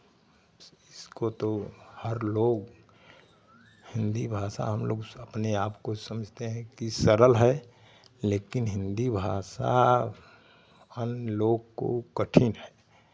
इसको तो हर लोग हिन्दी भाषा हम लोग अपने आपको समझते हैं कि सरल है लेकिन हिन्दी भाषा आन लोग को कठिन है